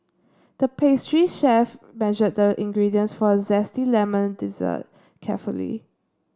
the pastry chef measured the ingredients for a zesty lemon dessert carefully